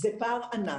זה פער ענק.